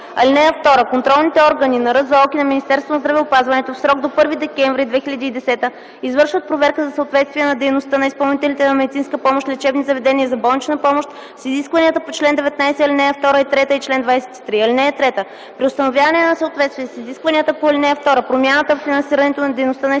закон. (2) Контролните органи на РЗОК и на Министерството на здравеопазването в срок до 1 декември 2010 г. извършват проверка за съответствие на дейността на изпълнителите на медицинска помощ – лечебни заведения за болнична помощ, с изискванията по чл. 19, ал. 2 и 3 и чл. 23. (3) При установяване на несъответствие с изискванията по ал. 2 промяната във финансирането на дейността на изпълнителите на медицинска помощ